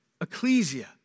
ecclesia